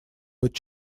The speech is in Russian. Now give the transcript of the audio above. быть